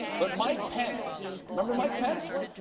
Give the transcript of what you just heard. but mike pence, remember mike pence?